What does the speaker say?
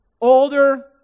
older